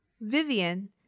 Vivian